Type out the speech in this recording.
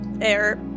air